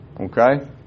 Okay